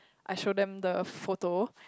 I show them the photo